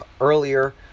earlier